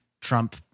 Trump